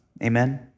Amen